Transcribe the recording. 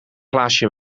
glaasje